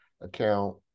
account